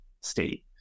state